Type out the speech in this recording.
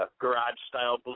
garage-style